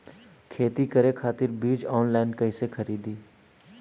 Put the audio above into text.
खेती करे खातिर बीज ऑनलाइन कइसे खरीदी?